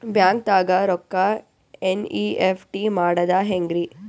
ಬ್ಯಾಂಕ್ದಾಗ ರೊಕ್ಕ ಎನ್.ಇ.ಎಫ್.ಟಿ ಮಾಡದ ಹೆಂಗ್ರಿ?